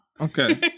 Okay